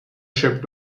ship